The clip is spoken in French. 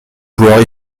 joueurs